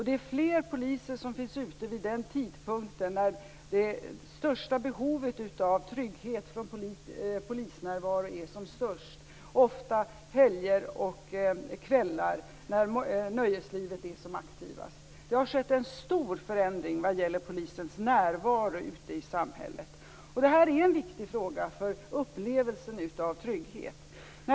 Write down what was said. Det är också fler poliser ute på de tider när behovet av trygghet från polisnärvaro är som störst, ofta på helger och kvällar när nöjeslivet är som aktivast. Det har skett en stor förändring vad gäller polisens närvaro ute i samhället, och det är en viktig fråga för upplevelsen av trygghet.